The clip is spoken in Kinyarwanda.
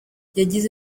yagize